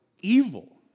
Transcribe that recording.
evil